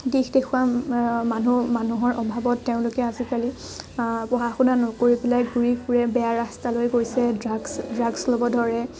দিশ দেখোৱা মানুহ মানুহৰ অভাৱত তেওঁলোকে আজিকালি পঢ়া শুনা নকৰি পেলাই ঘূৰি ফূৰে বেয়া ৰাস্তালৈ গৈছে ড্ৰাগছ ড্ৰাগছ ল'ব ধৰে